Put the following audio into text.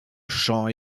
champs